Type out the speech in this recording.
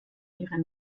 ihre